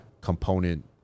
component